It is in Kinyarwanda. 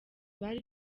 bari